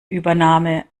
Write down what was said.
übernahme